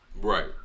Right